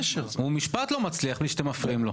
הוא לא מצליח לומר משפט בלי שתפריעו לו.